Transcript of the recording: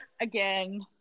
again